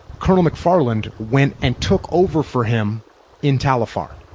colonel mcfarland went and took over for him in tal afar,